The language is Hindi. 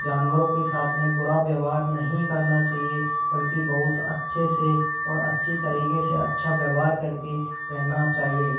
जानवरों के साथ में बुरा व्यवहार नहीं करना चाहिए बल्कि बहुत अच्छे से और अच्छी तरीके से अच्छा व्यवहार करके रहना चाहिए